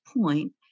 point